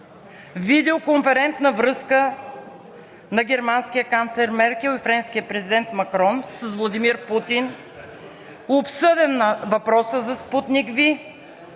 видеоконферентна връзка на германския канцлер Меркел и френския президент Макрон с Владимир Путин, обсъден е въпросът за „Спутник V“